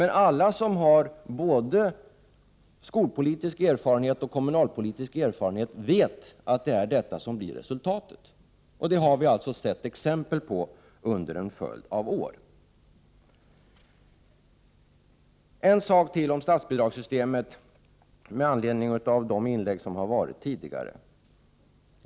Alla som har både skolpolitiskt och kommunalpolitisk erfarenhet vet ju att detta blir resultatet. Det har vi sett exempel på under en följd av år. Så en sak till om statsbidragssystemet med anledning av tidigare inlägg.